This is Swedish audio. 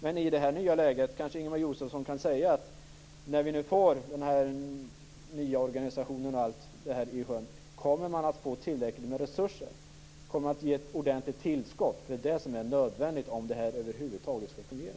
Men i det nya läget kanske Ingemar Josefsson kan säga att när vi nu får den nya organisationen i sjön kommer man att få tillräckligt med resurser. Man kommer att ge ett ordentligt tillskott. Det är nödvändigt om det här över huvud taget skall fungera.